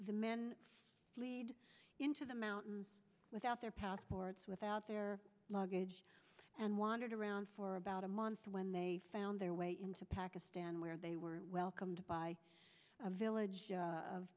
the men lead into the mountains without their passports without their luggage and wandered around for about a month when they found their way into pakistan where they were welcomed by a village